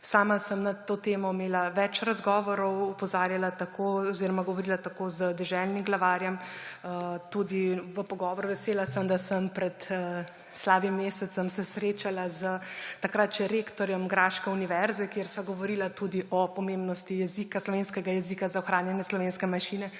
Sama sem na to temo imela več razgovorov, opozarjala oziroma govorila tako z deželnim glavarjem – vesela sem, da sem se pred slabim mesecev srečala s takrat še rektorjem graške univerze –, kjer sva govorila tudi o pomembnosti slovenskega jezika za ohranjanje slovenske manjšine,